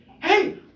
hey